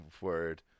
Word